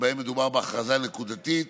שבהם מדובר בהכרזה נקודתית,